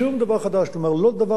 לא דבר שלא ידענו אותו,